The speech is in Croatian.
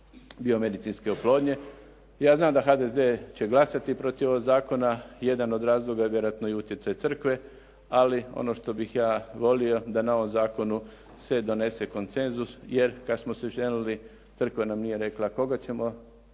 biomedicinske oplodnje. Ja znam da HDZ će glasati protiv ovog zakona. Jedan od razloga je vjerojatno i utjecaj crkve, ali ono što bih ja volio da na ovom zakonu se donese konsenzus jer kad smo se ženili crkva nam nije rekla koga ćemo,